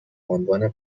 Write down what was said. عنوان